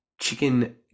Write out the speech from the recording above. Chicken